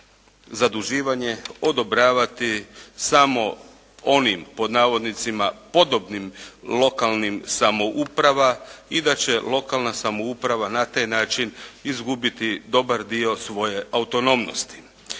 zaduživanje odobravati samo onim "podobnim lokalnim samouprava" i da će lokalna samouprava na taj način izgubiti dobar dio svoje autonomnosti.